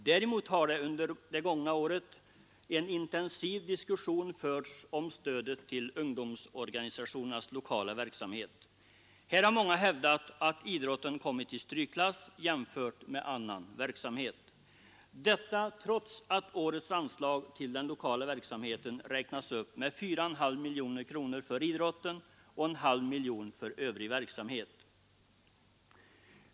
Däremot har under det gångna året en intensiv diskussion förts om stödet till ungdomsorganisationernas lokala verksamhet. Här har många hävdat att idrotten kommit i strykklass jämfört med annan verksamhet — detta trots att årets anslag till den lokala verksamheten räknats upp med 4,5 miljoner kronor för idrotten och 0,5 mi'joner kronor för övrig verksamhet.